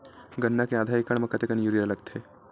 गन्ना के आधा एकड़ म कतेकन यूरिया लगथे?